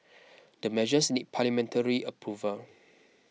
the measures need parliamentary approval